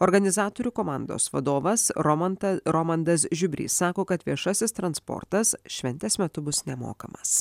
organizatorių komandos vadovas romanta romandas žiubrys sako kad viešasis transportas šventės metu bus nemokamas